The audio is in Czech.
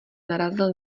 narazil